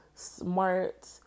smart